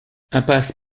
impasse